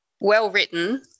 well-written